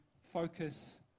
focus